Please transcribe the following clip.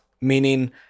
meaning